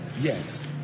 Yes